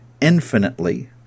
infinitely –